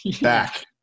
back